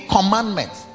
commandments